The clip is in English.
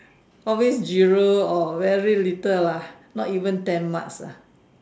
probably zero or very little lah not even ten marks lah